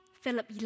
Philip